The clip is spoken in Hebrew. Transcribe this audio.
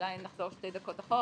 אולי נחזור אחורה.